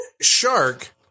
shark